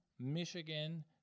Michigan